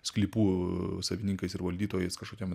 sklypų savininkais ir valdytojais kažkokiame